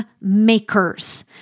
makers